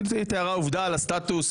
היא תיארה עובדה על הסטטוס,